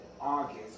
August